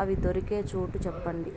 అవి దొరికే చోటు చెప్పండి?